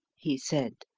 he said,